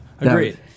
Agreed